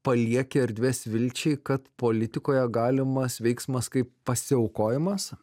palieki erdvės vilčiai kad politikoje galimas veiksmas kaip pasiaukojimas